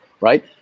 right